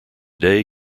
day